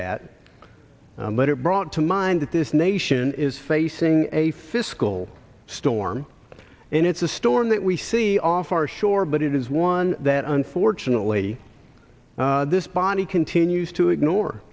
it brought to mind that this nation is facing a fiscal storm and it's a storm that we see off our shore but it is one that unfortunately this body continues to ignore